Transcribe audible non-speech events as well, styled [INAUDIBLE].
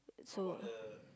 so [NOISE]